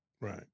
Right